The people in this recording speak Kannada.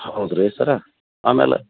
ಹೌದು ರೀ ಸರ ಆಮೇಲೆ